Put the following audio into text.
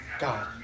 God